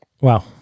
Wow